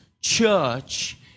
church